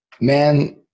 man